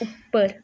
उप्पर